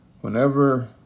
whenever